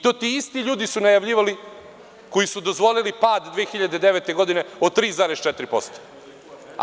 To su ti isti ljudi najavljivali koji su dozvolili pad 2009. godine od 3,4%